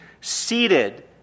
seated